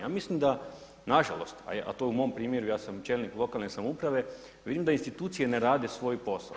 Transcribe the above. A mislim da nažalost, a to je u mom primjeru ja sam čelnik lokalne samouprave, vidim da institucije ne rade svoj posao.